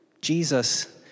Jesus